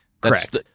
Correct